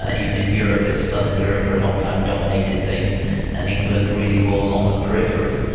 ah even in europe, it was southern europe for a long time dominated things and england really was on the periphery.